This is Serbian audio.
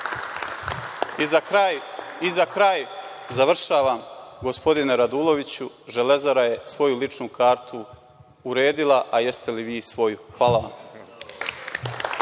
firmu.Za kraj, završavam, gospodine Raduloviću, „Železara“ je svoju ličnu kartu uredila, a jeste li vi svoju? Hvala.